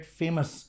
famous